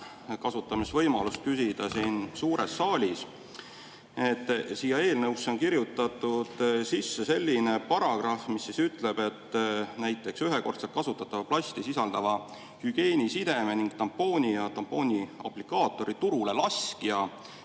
kasutan siis võimalust küsida siin suures saalis. Siia eelnõusse on kirjutatud sisse selline paragrahv, mis ütleb, et näiteks ühekordselt kasutatava plasti sisaldava hügieenisideme ning tampooni ja tampooni aplikaatori turule laskja